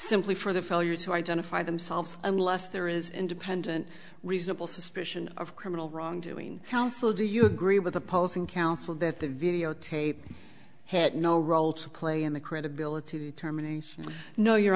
simply for the failure to identify themselves unless there is independent reasonable suspicion of criminal wrongdoing counsel do you agree with opposing counsel that the videotape has no role to play in the credibility of terminations no your